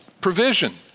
provision